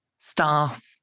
staff